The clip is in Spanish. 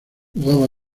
jugaba